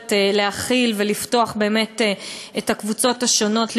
ביכולת להכיל ולפתוח את הקבוצות השונות להידברות.